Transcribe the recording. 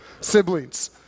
siblings